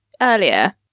earlier